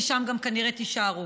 ושם גם כנראה תישארו.